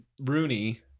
Rooney